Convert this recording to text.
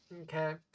Okay